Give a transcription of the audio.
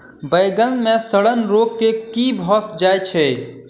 बइगन मे सड़न रोग केँ कीए भऽ जाय छै?